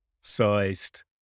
sized